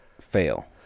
fail